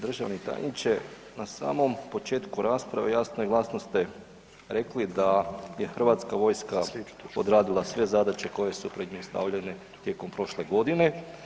Državni tajniče, na samom početku rasprave jasno i glasno ste rekli da je hrvatska vojska odradila sve zadaće koje su pred nju stavljene tijekom prošle godine.